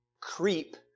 CREEP